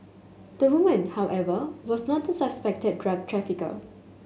the woman however was not the suspected drug trafficker